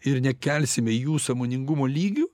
ir nekelsime jų sąmoningumo lygio